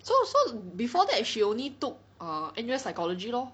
so so before that she only took err N_U_S psychology lor